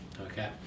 okay